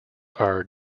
are